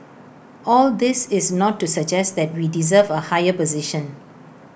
all this is not to suggest that we deserve A higher position